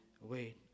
Wait